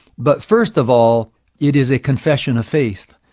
but first of all it is a confession of faith.